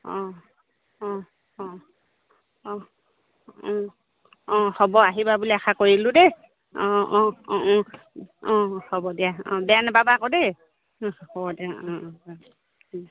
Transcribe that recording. অঁ অঁ অঁ অঁ অঁ হ'ব আহিবা বুলি আশা কৰিলোঁ দেই অঁ অঁ অঁ অঁ অঁ হ'ব দিয়া অঁ বেয়া নাপাবা আকৌ দেই হ'ব দে অঁ অঁ অঁ